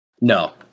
No